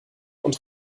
und